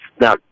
Now